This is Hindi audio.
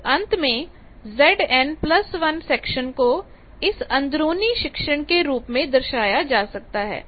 तो अंत में Zn 1 सेक्शन को इस अंदरूनी शिक्षण के रूप में दर्शाया जा सकता है